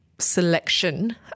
selection